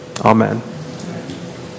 Amen